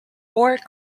ore